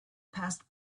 passed